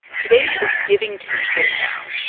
today is giving tuesday now,